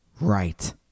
Right